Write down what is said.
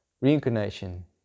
reincarnation